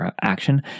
action